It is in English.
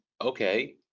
okay